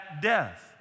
death